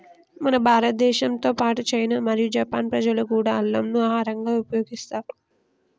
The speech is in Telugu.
మన భారతదేశంతో పాటు చైనా మరియు జపాన్ ప్రజలు కూడా అల్లంను ఆహరంగా ఉపయోగిస్తారు